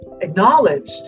acknowledged